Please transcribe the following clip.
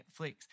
Netflix